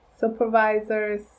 supervisors